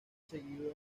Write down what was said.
seguido